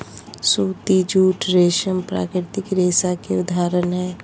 सूती, जूट, रेशम प्राकृतिक रेशा के उदाहरण हय